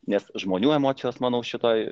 nes žmonių emocijos manau šitoj